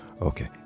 Okay